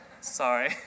sorry